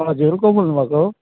हजुर को बोल्नुभएको